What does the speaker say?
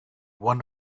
one